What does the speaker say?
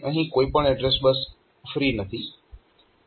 તેથી અહીં કોઈ પણ એડ્રેસ બસ ફ્રી નથી